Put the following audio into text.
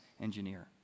engineer